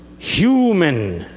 human